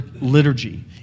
liturgy